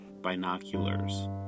Binoculars